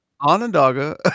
Onondaga